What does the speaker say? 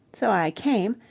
so i came,